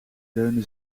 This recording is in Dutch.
leunde